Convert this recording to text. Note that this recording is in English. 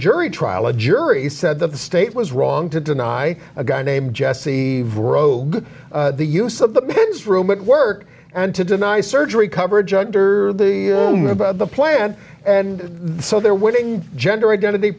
jury trial a jury said that the state was wrong to deny a guy named jesse rogue the use of the men's room at work and to deny surgery coverage under the about the plan and so they're willing gender identity